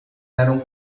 eram